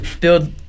Build